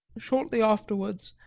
shortly afterwards,